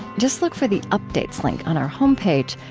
just look for the updates link on our home page.